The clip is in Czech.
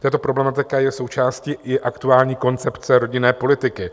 Tato problematika je součástí i aktuální koncepce rodinné politiky.